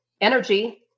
energy